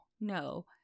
no